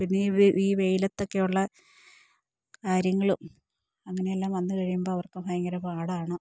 പിന്നെ ഈ വെയിലത്തക്കെയുള്ള കാര്യങ്ങളും അങ്ങനെയെല്ലാം വന്ന് കഴിയുമ്പം അവർക്ക് ഭയങ്കര പാടാണ്